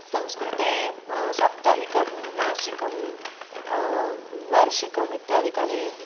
संस्कृते साप्ताहिकं मासिकं वार्षिकम् इत्यादिकानि